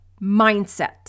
mindset